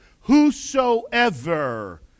Whosoever